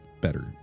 better